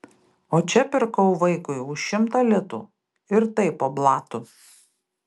o čia pirkau vaikui už šimtą litų ir tai po blatu